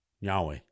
Yahweh